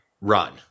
run